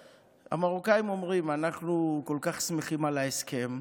המרוקאים אומרים: אנחנו כל כך שמחים על ההסכם,